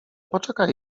poczekaj